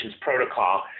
protocol